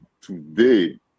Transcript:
today